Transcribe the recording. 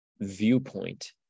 viewpoint